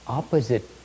opposite